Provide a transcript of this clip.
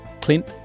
Clint